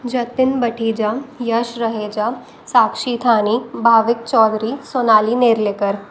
Jatin Mathija Yash Raheja Sakshi Thani Bhavik Chaudhary Sonali Nerlekar